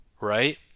Right